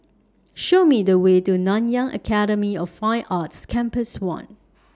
Show Me The Way to Nanyang Academy of Fine Arts Campus one